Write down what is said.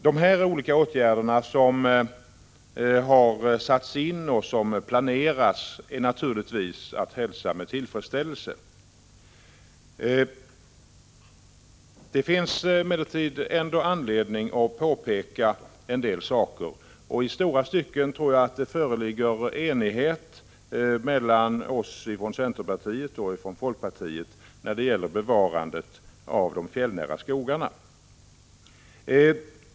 De olika åtgärder som har satts in och som planeras är naturligtvis att hälsa med tillfredsställelse. Det finns emellertid ändå anledning att påpeka en del saker. I stora stycken tror jag att det föreligger enighet mellan centerpartiet och folkpartiet när det gäller bevarandet av de fjällnära skogarna.